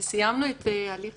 כשסיימנו את הליך